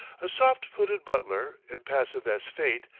a soft-footed butler, impassive as fate,